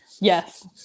Yes